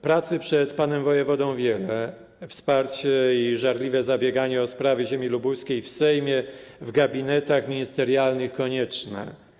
Pracy przed panem wojewodą wiele, wsparcie i żarliwe zabieganie o sprawy ziemi lubuskiej w Sejmie, w gabinetach ministerialnych jest konieczne.